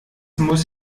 muss